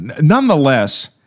nonetheless